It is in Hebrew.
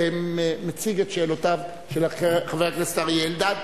שמציג את שאלותיו של חבר הכנסת אריה אלדד,